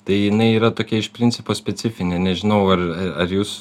tai jinai yra tokia iš principo specifinė nežinau ar ar jūs